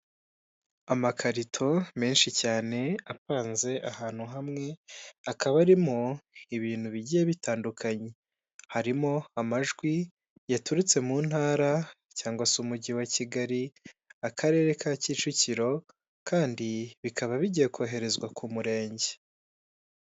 Inzu ifite amabati y'umutuku agaragara nkaho ashaje ikaba ifite antene ya kanari purisi kuburyo bareba umupira uko babishatse iri mu gipangu kiri munsi y'umuhanda